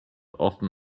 often